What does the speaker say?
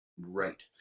right